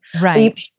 Right